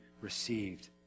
received